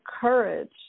courage